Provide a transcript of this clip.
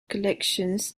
collections